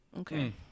Okay